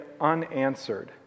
unanswered